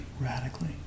radically